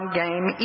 game